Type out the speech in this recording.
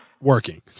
Working